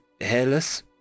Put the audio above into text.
hairless